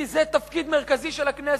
כי זה תפקיד מרכזי של הכנסת.